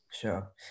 Sure